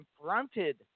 confronted